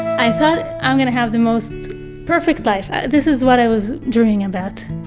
i thought i'm gonna have the most perfect life. ah this is what i was dreaming about.